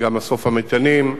וגם מסוף המטענים.